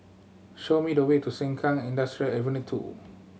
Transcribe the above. show me the way to Sengkang Industrial Ave Two